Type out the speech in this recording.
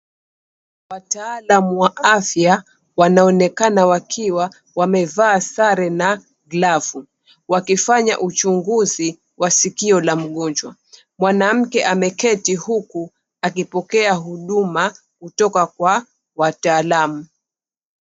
Wataalamu wa afya wanaonekana wakiwa wamevaa sare na glavu wakifanya uchunguzi wa sikio la mgonjwa. Mwanamke ameketi huku akipokea huduma kutoka kwa wataalamu.